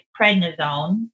prednisone